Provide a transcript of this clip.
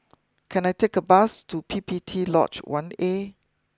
can I take a bus to P P T Lodge one A